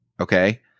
Okay